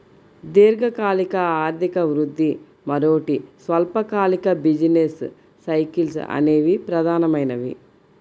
దీర్ఘకాలిక ఆర్థిక వృద్ధి, మరోటి స్వల్పకాలిక బిజినెస్ సైకిల్స్ అనేవి ప్రధానమైనవి